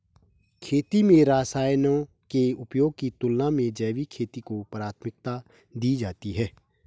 खेती में रसायनों के उपयोग की तुलना में जैविक खेती को प्राथमिकता दी जाती है